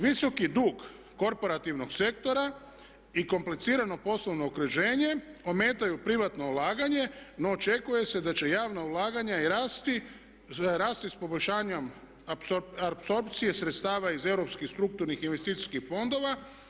Visoki dug korporativnog sektora i komplicirano poslovno okruženje ometaju privatno ulaganje, no očekuje se da će javna ulaganja rasti s poboljšanjem apsorpcije sredstava iz europskih strukturnih investicijskih fondova.